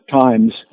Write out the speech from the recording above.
times